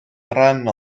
rhan